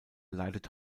leidet